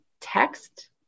text